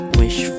wish